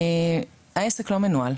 העסק לא מנוהל.